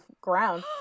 ground